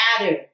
matter